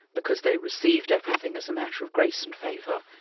because they received everything as a matter of grace and favour,